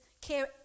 care